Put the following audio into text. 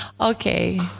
Okay